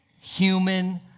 human